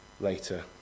later